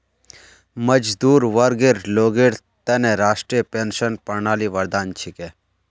मजदूर वर्गर लोगेर त न राष्ट्रीय पेंशन प्रणाली वरदान छिके